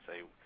say